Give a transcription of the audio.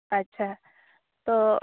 ᱟᱪᱪᱷᱟ ᱛᱳ